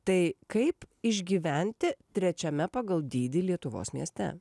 tai kaip išgyventi trečiame pagal dydį lietuvos mieste